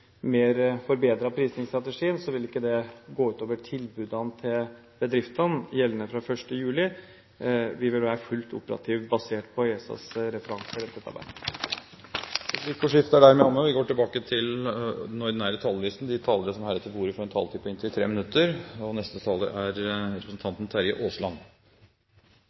mer avansert prisningsstrategi. Men om det skulle gå utover 1. juli for å få godkjent den forbedrede prisningsstrategien, vil ikke det gå ut over tilbudene til bedriftene gjeldende fra 1. juli. Vi vil være fullt operative basert på ESAs referanserentetabell. Replikkordskiftet er dermed omme. De talere som heretter får ordet, har en taletid på inntil 3 minutter. Aller først: Tusen takk til representanten